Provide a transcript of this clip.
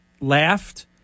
laughed